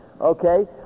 Okay